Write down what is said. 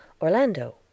Orlando